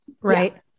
Right